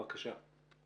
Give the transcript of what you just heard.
בבקשה.